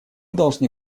должны